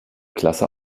klasse